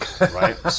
right